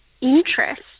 interest